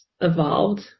evolved